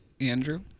Andrew